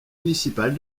municipale